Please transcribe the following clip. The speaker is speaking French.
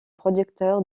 producteur